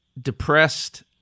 depressed